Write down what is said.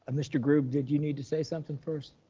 and mr. grube, did you need to say something first?